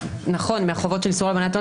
נכון מהחובות של איסור הלבנת הון